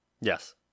Yes